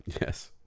Yes